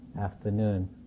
afternoon